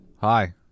hi